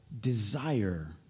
desire